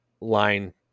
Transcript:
line